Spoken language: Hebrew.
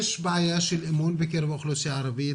יש בעיה של אמון בקרב האוכלוסייה הערבית